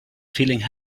feeling